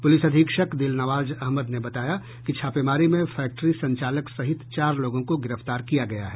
police अधीक्षक दिलनवाज अहमद ने बताया कि छापेमारी में फैक्ट्री संचालक सहित चार लोगों को गिरफ्तार किया गया है